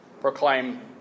proclaim